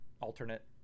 alternate